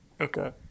Okay